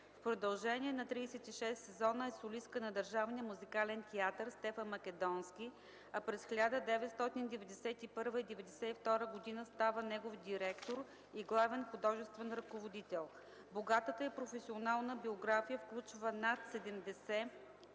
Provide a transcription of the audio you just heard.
В продължение на 36 сезона е солистка на Държавния музикален театър „Стефан Македонски”, а през 1991 и 1992 г. става негов директор и главен художествен ръководител. Богатата й професионална биография включва над 70 централни